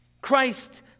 Christ